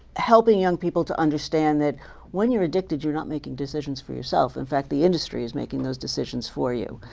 helping young people to understand that when you're addicted, you're not making decisions for yourself. in fact, the industry is making those decisions for you.